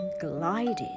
glided